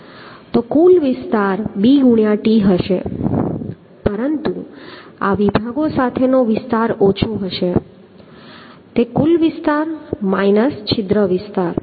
તો કુલ વિસ્તાર b ✕ t હશે પરંતુ આ વિભાગો સાથેનો વિસ્તાર ઓછો હશે તે કુલ વિસ્તાર માઈનસ છિદ્ર વિસ્તાર